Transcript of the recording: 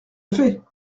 fait